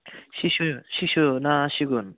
सिसु सिसु ना सिगुन